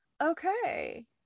Okay